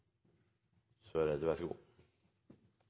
– vær så god.